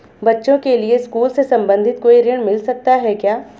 बच्चों के लिए स्कूल से संबंधित कोई ऋण मिलता है क्या?